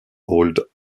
old